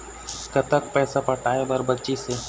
कतक पैसा पटाए बर बचीस हे?